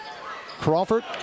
Crawford